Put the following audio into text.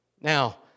Now